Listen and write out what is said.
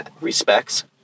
respects